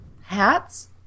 Hats